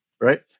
Right